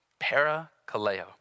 parakaleo